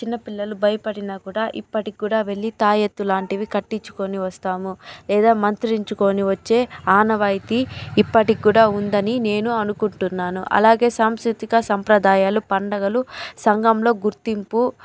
చిన్నపిల్లలు భయపడినా కూడా ఇప్పటికి కూడా వెళ్ళి తాయత్తులు లాంటివి కట్టించుకొని వస్తాము లేదా మంత్రించుకొని వచ్చే ఆనవాయితీ ఇప్పటికి కూడా ఉందని నేను అనుకుంటున్నాను అలాగే సాంస్కృతిక సాంప్రదాయాలు పండగలు సంఘంలో గుర్తింపు